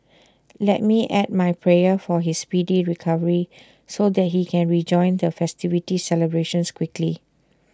let me add my prayer for his speedy recovery so that he can rejoin the festivity celebrations quickly